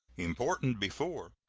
important before,